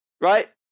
right